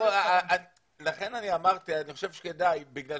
לכן אמרתי שאני חושב שכדאי, בגלל